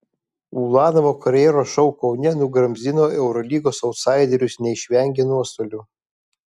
ulanovo karjeros šou kaune nugramzdino eurolygos autsaiderius neišvengė nuostolių